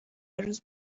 روز